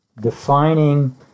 defining